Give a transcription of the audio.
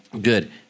Good